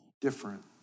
different